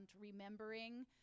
remembering